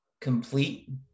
complete